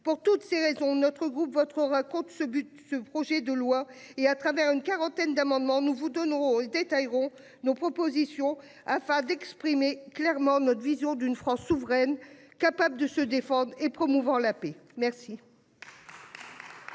pour toutes ces raisons, notre groupe votre raconte ce but. Ce projet de loi et à travers une quarantaine d'amendements, nous vous donnerons détailleront nos propositions afin d'exprimer clairement notre vision d'une France souveraine capable de se défendre et promouvant la paix merci.